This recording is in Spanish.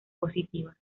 positiva